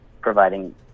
providing